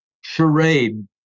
Charade